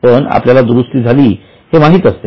पण आपल्याला दुरुस्ती झाली हे माहीत असते